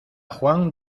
juan